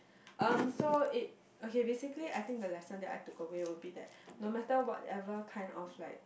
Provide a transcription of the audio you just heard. um so it okay basically the lesson that I took away will be that no matter whatever kind of like